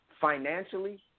financially